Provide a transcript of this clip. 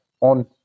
on